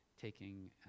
taking